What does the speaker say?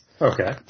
Okay